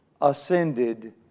ascended